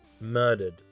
murdered